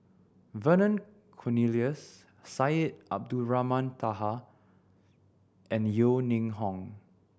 Vernon Cornelius Syed Abdulrahman Taha and Yeo Ning Hong